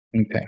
Okay